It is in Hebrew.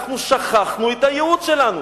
אנחנו שכחנו את הייעוד שלנו.